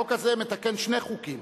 החוק הזה מתקן שני חוקים,